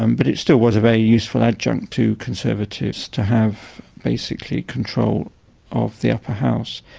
um but it still was a very useful adjunct to conservatives to have basically control of the upper house.